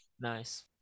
Nice